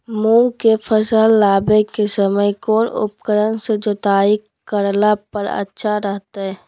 मूंग के फसल लगावे के समय कौन उपकरण से जुताई करला पर अच्छा रहतय?